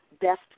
best